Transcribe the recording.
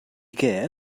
què